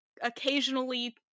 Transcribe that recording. occasionally